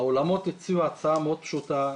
האולמות הציעו הצעה מאוד פשוטה,